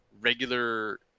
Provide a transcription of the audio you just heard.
regular